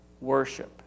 worship